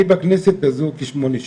אני בכנסת הזו כשמונה שנים.